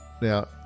Now